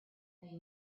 they